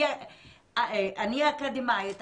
אני אקדמאית,